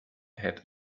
had